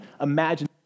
imagine